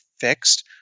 fixed